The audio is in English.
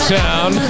town